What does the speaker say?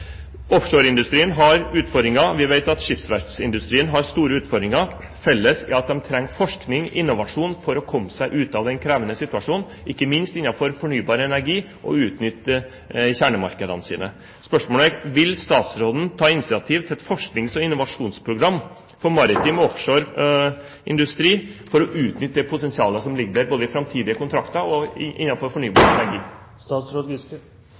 Offshoreindustrien har utfordringer. Vi vet at skipsverftsindustrien har store utfordringer. Felles er at de trenger forskning og innovasjon for å komme seg ut av den krevende situasjonen, ikke minst innenfor fornybar energi, og utnytte kjernemarkedene sine. Spørsmålet er: Vil statsråden ta initiativ til et forsknings- og innovasjonsprogram for maritim industri og offshoreindustri for å utnytte det potensialet som ligger der både i framtidige kontrakter og